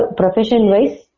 profession-wise